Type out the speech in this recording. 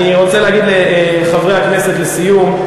אני רוצה להגיד לחברי הכנסת לסיום,